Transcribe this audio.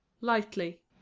lightly